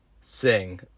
Sing